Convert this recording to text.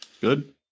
good